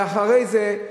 ואחרי זה,